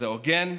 זה הוגן.